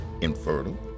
infertile